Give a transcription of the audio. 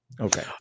Okay